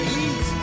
eat